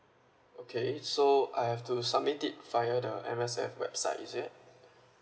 okay so I have to submit it via the M_S_F website is it